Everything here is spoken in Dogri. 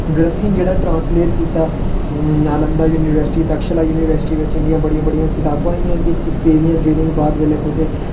जेह्ड़ा ट्रांसलेट कीता नालंदा युनिवर्सिटी तक्षशिला युनिवर्सिटी बिच इं'दियां बड़ियां बड़ियां कताबां हियां पेदियां जिटनेंगी बाद बिच कुसै